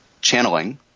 channeling